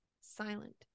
silent